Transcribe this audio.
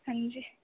हाँ जी